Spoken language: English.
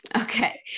Okay